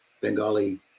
bengali